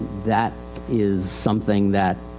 that is something that,